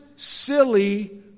Silly